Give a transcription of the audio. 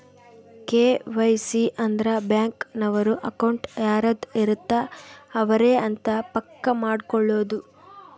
KYC ಅಂದ್ರ bank ನವರು account ಯಾರದ್ ಇರತ್ತ ಅವರೆ ಅಂತ ಪಕ್ಕ ಮಾಡ್ಕೊಳೋದು